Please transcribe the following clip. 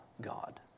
God